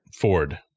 Ford